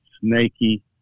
snaky